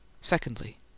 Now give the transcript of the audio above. Secondly